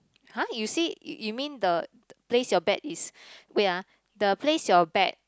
!huh! you see you mean the place your bet is wait ah the place your bet